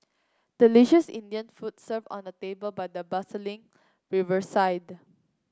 delicious Indian foods served on a table by the bustling riverside